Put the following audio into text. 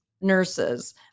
nurses